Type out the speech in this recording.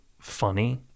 funny